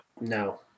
No